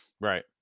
Right